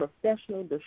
professional